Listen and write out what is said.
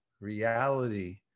reality